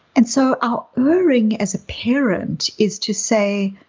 and so our erring as a parent is to say,